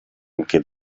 anche